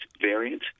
variant